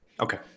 Okay